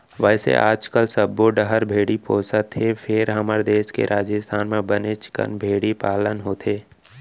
वैसे आजकाल सब्बो डहर भेड़ी पोसत हें फेर हमर देस के राजिस्थान म बनेच कन भेड़ी पालन होथे